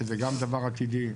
שזה גם דבר עתידי,